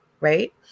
right